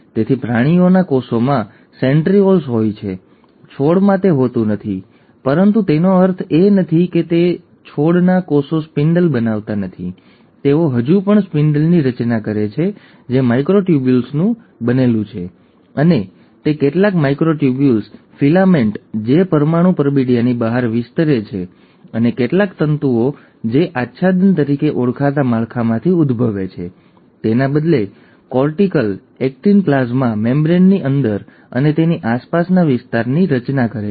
તેથી પ્રાણીઓના કોષોમાં સેન્ટ્રિઓલ્સ હોય છે છોડમાં તે હોતું નથી પરંતુ તેનો અર્થ એ નથી કે છોડના કોષો સ્પિન્ડલ બનાવતા નથી તેઓ હજુ પણ સ્પિન્ડલની રચના કરે છે જે માઇક્રોટ્યુબ્યુલ્સનું બનેલું હોય છે અને તે કેટલાક માઇક્રોટ્યુબ્યુલ્સ ફિલામેન્ટ્સ જે પરમાણુ પરબિડીયાની બહાર વિસ્તરે છે અને કેટલાક તંતુઓ જે આચ્છાદન તરીકે ઓળખાતા માળખામાંથી ઉદ્ભવે છે તેના બદલે કોર્ટિકલ એક્ટિન પ્લાઝ્મા મેમ્બ્રેનની અંદર અને તેની આસપાસના વિસ્તારની રચના કરે છે